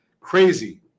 Crazy